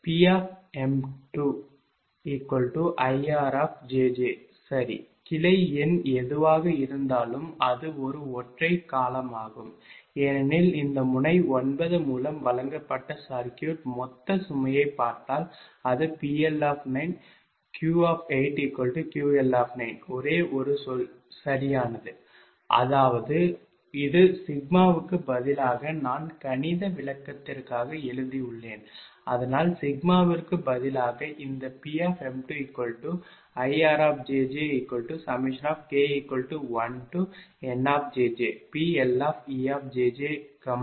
Pm2IRjj சரி கிளை எண் எதுவாக இருந்தாலும் அது ஒரு ஒற்றை காலமாகும் ஏனெனில் இந்த முனை 9 மூலம் வழங்கப்பட்ட சர்க்யூட் மொத்த சுமையைப் பார்த்தால் அது PL9 Q QL ஒரே ஒரு சொல் சரியானது அதாவது இது சிக்மாவுக்கு பதிலாக நான் கணித விளக்கத்திற்காக எழுதியுள்ளேன் அதனால் சிக்மாவிற்கு பதிலாக இந்த Pm2IRjjk1NPLejjN